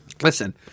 Listen